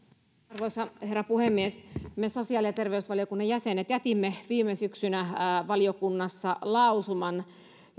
arvoisa herra puhemies me sosiaali ja terveysvaliokunnan jäsenet jätimme viime syksynä valiokunnassa lausuman